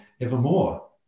evermore